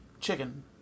Chicken